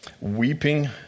weeping